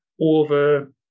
over